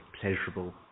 pleasurable